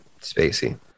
Spacey